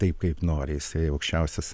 taip kaip nori jisai aukščiausias